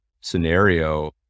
scenario